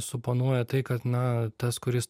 suponuoja tai kad na tas kuris